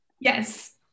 Yes